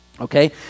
Okay